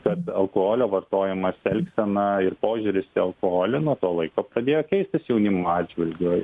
kad alkoholio vartojimas elgsena ir požiūris į alkoholį nuo to laiko pradėjo keistis jaunimo atžvilgiu